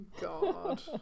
God